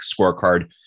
scorecard